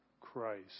Christ